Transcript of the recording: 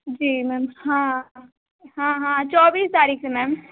जी ma'am हाँ हाँ हाँ चौबीस तारिख़ है मैम